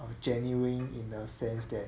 of genuine in a sense that